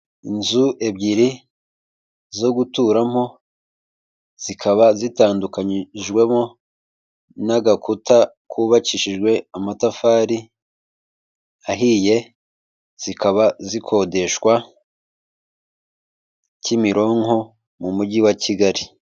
Inzu ebyiri zo guturamo zikaba zitandukanyijwemo n'agakuta kubakishijwe amatafari ahiye, zikaba zikodeshwa Kimironko mu mujyi wa Kigali.